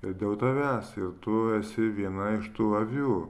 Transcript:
ir dėl tavęs ir tu esi viena iš tų avių